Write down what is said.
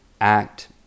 act